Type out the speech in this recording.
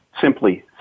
simply